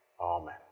Amen